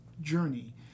journey